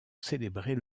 célébrer